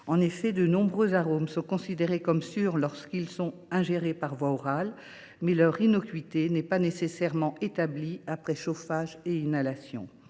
En effet, de nombreux arômes sont considérés comme sûrs lorsqu’ils sont ingérés par voie orale, mais leur innocuité n’est pas nécessairement établie après chauffage et inhalation.